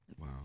Wow